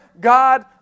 God